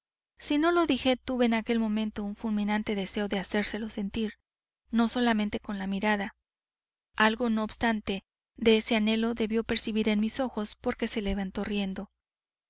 si no lo dije tuve en aquel momento un fulminante deseo de hacérselo sentir no solamente con la mirada algo no obstante de ese anhelo debió percibir en mis ojos porque se levantó riendo